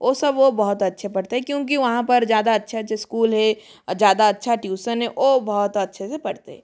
वो सब वो बहुत अच्छे पढ़ता है क्योंकि वहाँ पर ज़्यादा अच्छा अच्छा इस्कूल है ज़्यादा अच्छा ट्यूसन है वो बहुत अच्छे से पढ़ते है